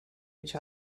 each